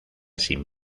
sin